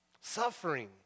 Suffering